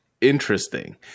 interesting